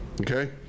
okay